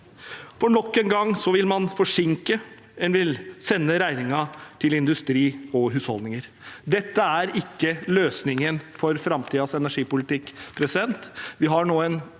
For nok en gang vil man forsinke, man vil sende regningen til industri og husholdninger. Dette er ikke løsningen for framtidens energipolitikk.